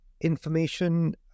information